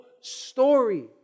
story